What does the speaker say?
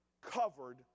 covered